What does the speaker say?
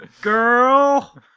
girl